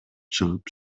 чыгып